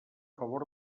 favor